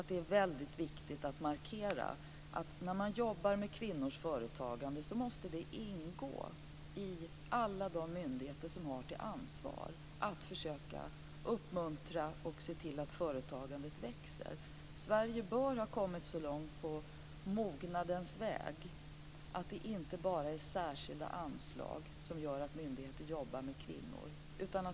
Det är viktigt att markera att när det gäller kvinnors företagande måste det ingå i arbetet för alla de myndigheter som har ansvaret att försöka uppmuntra och se till att företagandet växer. Sverige bör ha kommit så långt på mognadens väg att det inte bara är särskilda anslag som gör att myndigheter jobbar med kvinnor.